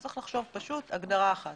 צריך לחשוב על הגדרה אחת.